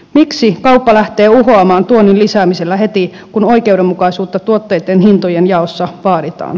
miksi kauppa lähtee uhoamaan tuonnin lisäämisellä heti kun oikeudenmukaisuutta tuotteitten hintojen jaossa vaaditaan